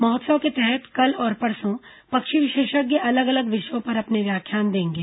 महोत्सव के तहत कल और परसों पक्षी विशेषज्ञ अलग अलग विषयों पर अपने व्याख्यान देंगे